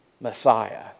Messiah